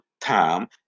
time